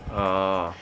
orh